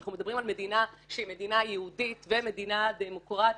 אנחנו מדברים על מדינה שהיא מדינה יהודית ומדינה דמוקרטית,